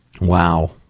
Wow